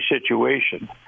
situation